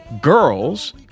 Girls